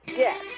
yes